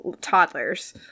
toddlers